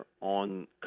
on